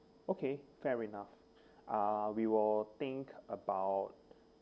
okay fair enough uh we will think about